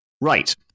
Right